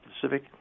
Pacific